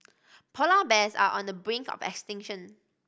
polar bears are on the brink of extinction